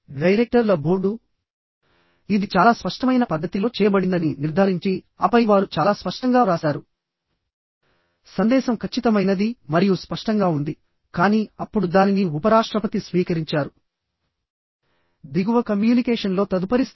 డైరెక్టర్ల బోర్డు ఇది చాలా స్పష్టమైన పద్ధతిలో చేయబడిందని నిర్ధారించి ఆపై వారు చాలా స్పష్టంగా వ్రాసారు సందేశం ఖచ్చితమైనది మరియు స్పష్టంగా ఉందికానీ అప్పుడు దానిని ఉపరాష్ట్రపతి స్వీకరించారు దిగువ కమ్యూనికేషన్లో తదుపరి స్థాయి